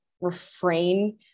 refrain